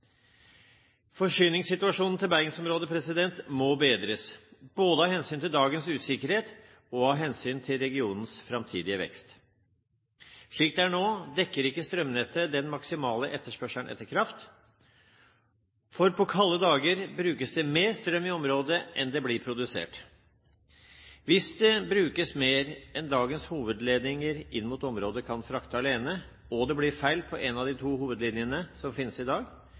Forsyningssituasjonen til bergensområdet må bedres, både av hensyn til dagens usikkerhet og av hensyn til regionens framtidige vekst. Slik det er nå, dekker ikke strømnettet den maksimale etterspørselen etter kraft. På kalde dager brukes det mer strøm i området enn det blir produsert. Hvis det brukes mer enn det dagens hovedledninger inn mot området kan frakte alene, og det blir feil på en av de to hovedlinjene som finnes i dag,